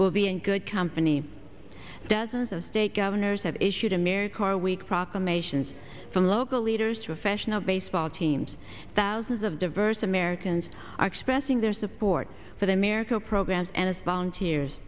will be in good company dozens of state governors have issued ameri corps a week proclamations from local leaders to a fashion of baseball teams thousands of diverse americans are expressing their support for the america program and its volunteers